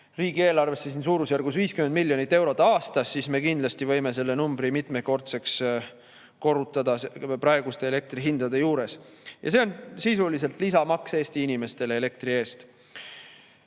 riigieelarvesse suurusjärgus 50 miljonit eurot aastas, siis me kindlasti võime selle numbri mitmekordseks korrutada praeguste elektrihindade juures. Ja see on sisuliselt lisamaks Eesti inimestele elektri eest.